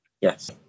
Yes